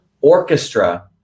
orchestra